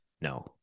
no